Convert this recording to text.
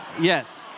Yes